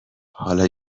حالا